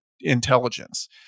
intelligence